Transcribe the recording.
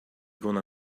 gonna